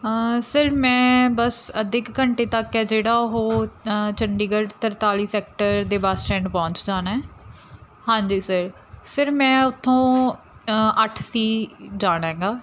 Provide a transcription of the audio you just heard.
sir ਮੈਂ ਬਸ ਅੱਧੇ ਕੁ ਘੰਟੇ ਤੱਕ ਹੈ ਜਿਹੜਾ ਉਹ ਚੰਡੀਗੜ੍ਹ ਤਰਤਾਲੀ ਸੈਕਟਰ ਦੇ ਬੱਸ ਸਟੈਂਡ ਪਹੁੰਚ ਜਾਣਾ ਹਾਂਜੀ ਸਰ ਸਰ ਮੈਂ ਉੱਥੋਂ ਅੱਠ ਸੀ ਜਾਣਾ ਹੈਗਾ